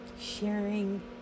sharing